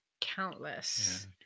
countless